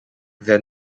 their